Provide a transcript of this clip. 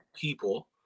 people